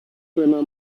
suena